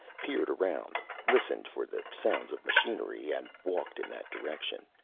peered around, listened for the sounds of machinery and walked in that direction.